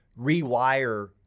rewire